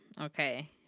okay